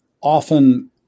often